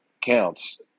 counts